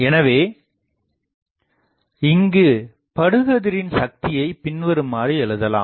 எனவே இங்குப்படுகதிரின் சக்தியை பின்வருமாறு எழுதலாம்